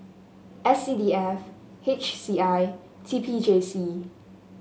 S C D F H C I T P J C